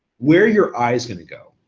where are your eyes gonna go?